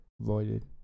Voided